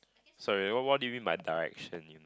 sorry what what do you mean by direction